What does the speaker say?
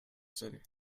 city